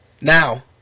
Now